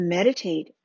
Meditate